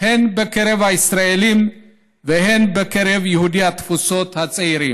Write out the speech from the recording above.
הן בקרב הישראלים והן בקרב יהודי התפוצות הצעירים.